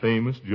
Famous